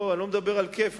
אני לא מדבר על כיף.